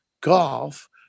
golf